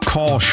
Call